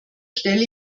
stelle